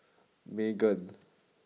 Megan